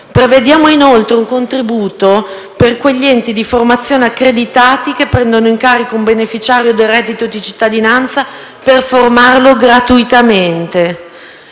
Prevediamo inoltre un contributo per gli enti di formazione accreditati che prendono in carico un beneficiario del reddito di cittadinanza per formarlo gratuitamente.